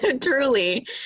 Truly